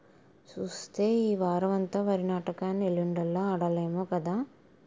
సూస్తే ఈ వోరమంతా వరినాట్లకని ఎల్లిందల్లా ఆడోల్లమే కదా